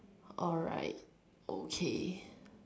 alright okay